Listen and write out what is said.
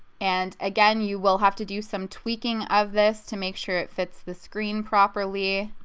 and again you will have to do some tweaking of this to make sure it fits the screen properly.